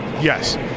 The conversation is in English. yes